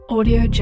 Audio